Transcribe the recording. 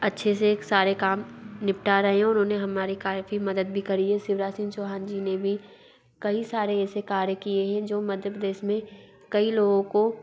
अच्छे से सारे काम निपटा रहे हैं और उन्होंने हमारी काफ़ी मदद भी करी हे शिवराज सिंग चौहान जी ने भी कई सारे ऐसे कार्य किए हैं जो मध्य प्रदेश में कई लोगों को